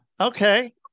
Okay